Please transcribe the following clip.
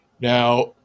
Now